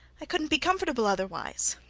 i couldn't be comfortable otherwise